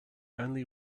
only